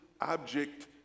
object